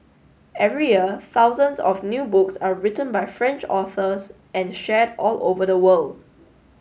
every year thousands of new books are written by French authors and shared all over the worlds